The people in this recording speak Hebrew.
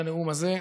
בנאום הזה.